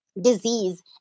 disease